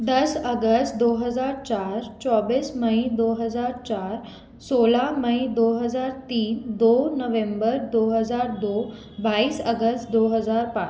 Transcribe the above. दस अगस्त दो हज़ार चार चौबीस मई दो हज़ार चार सोलह मई दो हज़ार तीन दो नवेम्बर दो हज़ार दो हज़ार दो बाईस अगस्त दो हज़ार पा